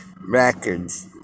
records